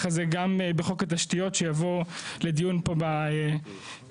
הזה גם בחוק התשתיות שיבוא לדיון פה בוועדה.